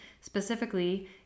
specifically